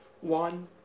One